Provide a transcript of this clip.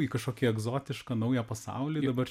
į kažkokį egzotišką naują pasaulį dabar